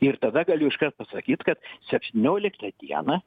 ir tada galiu iškart pasakyt kad septynioliktą dieną